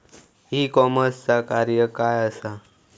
E कॉमर्सचा कार्य काय असा?